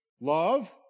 love